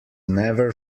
never